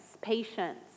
patience